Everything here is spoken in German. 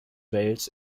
wales